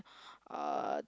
uh